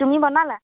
তুমি বনালা